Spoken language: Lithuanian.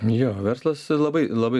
jo verslas labai labai